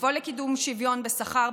לפעול לקידום שוויון בשכר,